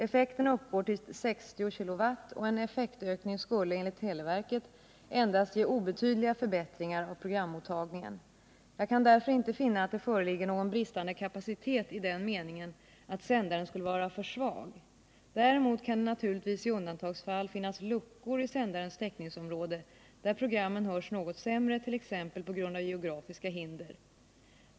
Effekten uppgår till 60 KW och en effektökning skulle, enligt televerket, endast ge obetydliga förbättringar av programmottagningen. Jag kan därför inte finna att det föreligger någon bristande kapacitet i den meningen att sändaren skulle vara för svag. Däremot kan det naturligtvis i undantagsfall finnas luckor i sändarens täckningsområde, där programmen hörs något sämre t.ex. på grund av geografiska hinder.